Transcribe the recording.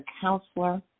counselor